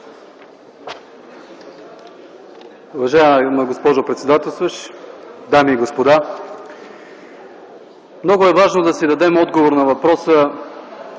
Уважаема госпожо председателстващ, дами и господа! Много е важно да си дадем отговор на въпроса: